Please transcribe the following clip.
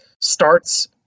starts